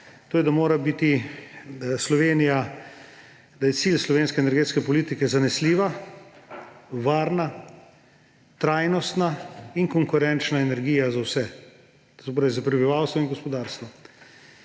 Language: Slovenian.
vlada jo, to je, da je cilj slovenske energetske politike zanesljiva, varna, trajnostna in konkurenčna energija za vse. To se pravi, za prebivalstvo in gospodarstvo.